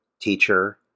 teacher